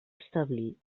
establir